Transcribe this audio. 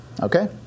Okay